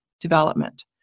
development